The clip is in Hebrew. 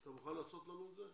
אתה מוכן להכין לנו את זה?